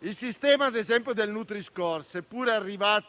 il sistema del nutri-score, seppur arriva